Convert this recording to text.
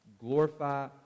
glorify